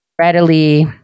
readily